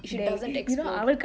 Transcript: if she doesn't explore